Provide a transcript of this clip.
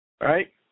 Right